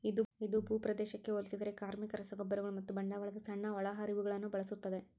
ಇದು ಭೂಪ್ರದೇಶಕ್ಕೆ ಹೋಲಿಸಿದರೆ ಕಾರ್ಮಿಕ, ರಸಗೊಬ್ಬರಗಳು ಮತ್ತು ಬಂಡವಾಳದ ಸಣ್ಣ ಒಳಹರಿವುಗಳನ್ನು ಬಳಸುತ್ತದೆ